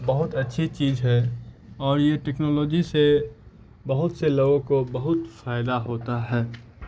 بہت اچھی چیز ہے اور یہ ٹیکنالوجی سے بہت سے لوگوں کو بہت فائدہ ہوتا ہے